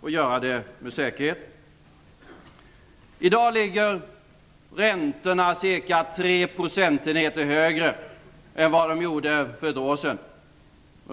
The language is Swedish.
och säker mark. I dag ligger räntorna cirka tre procentenheter högre än vad de gjorde för ett år sedan.